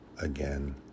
again